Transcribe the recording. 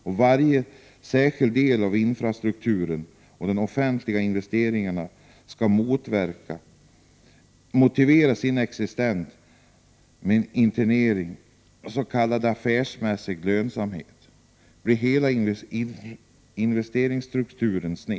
Om varje särskild del av infrastrukturen och de offentliga investeringarna skall behöva motivera sin existens med en intern, s.k. affärsmässig, lönsamhet, då blir hela investeringsstrukturen sned.